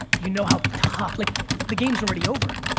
you know how tough, like the game is already over,